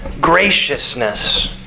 graciousness